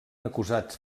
acusats